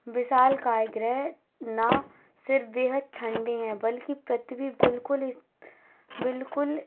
विशालकाय ग्रह ना सिर्फ़ बेहद ठंडे हैं बल्कि पृथ्वी बिल्कुल इस बिल्कुल